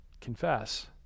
confess